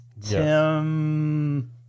Tim